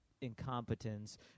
incompetence